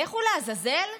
"לכו לעזאזל"?